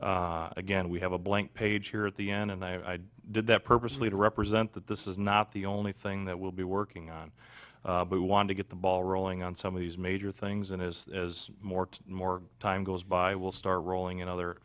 program again we have a blank page here at the end and i did that purposely to represent that this is not the only thing that will be working on we want to get the ball rolling on some of these major things and is as more and more time goes by will start rolling in other